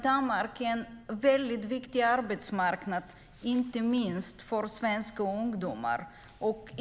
Danmark är en viktig arbetsmarknad, inte minst för svenska ungdomar.